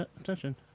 attention